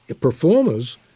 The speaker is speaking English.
performers